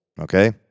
okay